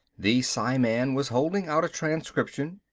the psiman was holding out a transcription,